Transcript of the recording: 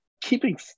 keeping